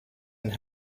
and